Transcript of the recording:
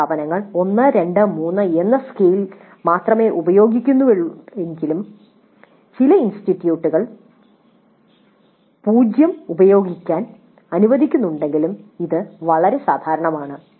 ചില സ്ഥാപനങ്ങൾ 1 2 3 എന്ന സ്കെയിൽ മാത്രമേ ഉപയോഗിക്കുന്നുള്ളൂവെങ്കിലും ചില ഇൻസ്റ്റിറ്റ്യൂട്ടുകൾ 0 ഉം ഉപയോഗിക്കാൻ അനുവദിക്കുന്നുണ്ടെങ്കിലും ഇത് വളരെ സാധാരണമാണ്